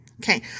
Okay